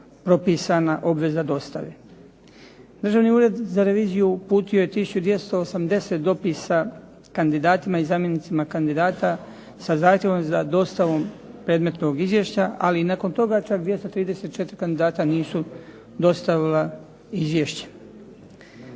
propisana obveza dostave. Državni ured za reviziju uputio je 1280 dopisa kandidatima i zamjenicima kandidata sa zahtjevom za dostavom predmetnog izvješća, ali nakon toga čak 234 kandidata nisu dostavila izvješće.